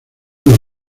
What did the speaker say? los